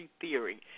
theory